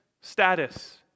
status